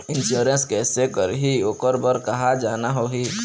Insurance कैसे करही, ओकर बर कहा जाना होही?